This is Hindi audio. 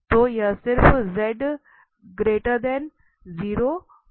तो यह सिर्फ के लिए हेमीस्फियर है